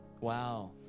Wow